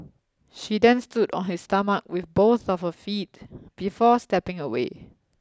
she then stood on his stomach with both of her feet before stepping away